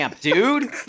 dude